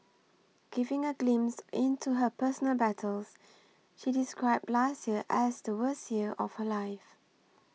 giving a glimpse into her personal battles she described last year as the worst year of her life